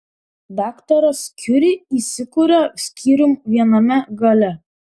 daktaras kiuri įsikuria skyrium viename gale